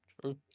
true